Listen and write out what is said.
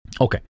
okay